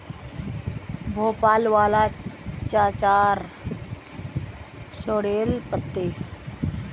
भोपाल वाला चाचार सॉरेल पत्ते